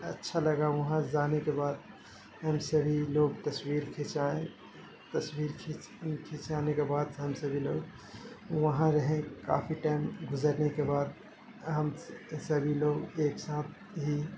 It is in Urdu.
اچھا لگا وہاں جانے کے بعد ہم سبھی لوگ تصویر کھنچائے تصویر کھینچ کھنچانے کے بعد ہم سبھی لوگ وہاں رہے کافی ٹائم گزرنے کے بعد ہم سبھی لوگ ایک ساتھ ہی